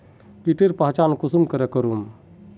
कीटेर पहचान कुंसम करे करूम?